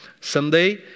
someday